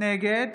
נגד